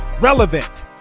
relevant